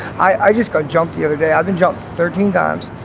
i just got jumped the other day. i've been jumped thirteen times,